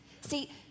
See